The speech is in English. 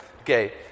Okay